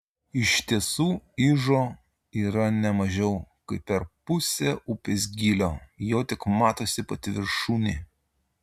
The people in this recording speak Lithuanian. iš tiesų ižo yra ne mažiau kaip per pusę upės gylio jo tik matosi pati viršūnė